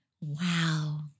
wow